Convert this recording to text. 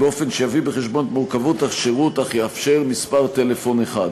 באופן שיביא בחשבון את מורכבות השירות אך יאפשר מספר טלפון אחד.